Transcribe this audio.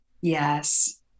Yes